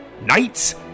Knights